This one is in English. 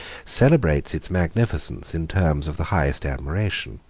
celebrates its magnificence in terms of the highest admiration.